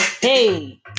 hey